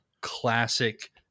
classic